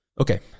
Okay